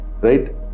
Right